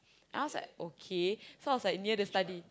then I was like okay so I was like near the study